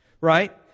Right